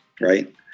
Right